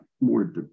more